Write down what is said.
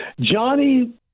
Johnny